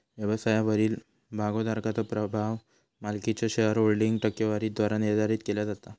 व्यवसायावरील भागोधारकाचो प्रभाव मालकीच्यो शेअरहोल्डिंग टक्केवारीद्वारा निर्धारित केला जाता